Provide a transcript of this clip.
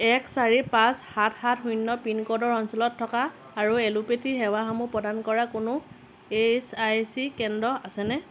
এক চাৰি পাঁচ সাত সাত শূন্য পিনক'ডৰ অঞ্চলত থকা আৰু এলোপেথী সেৱাসমূহ প্ৰদান কৰা কোনো ই এচ আই চি কেন্দ্ৰ আছেনে